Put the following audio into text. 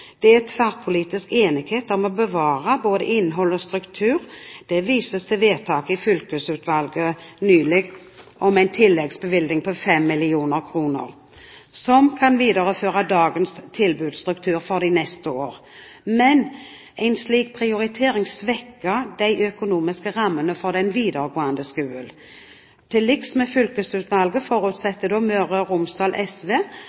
Det er tverrpolitisk enighet om å bevare både innhold og struktur. Det vises til vedtaket i fylkesutvalget nylig om en tilleggsbevilgning på 5 mill. kr som kan videreføre dagens tilbudsstruktur for de neste år. Men en slik prioritering svekker de økonomiske rammene for den videregående skolen. Til liks med fylkesutvalget forutsetter Møre og Romsdal SV